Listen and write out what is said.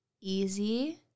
easy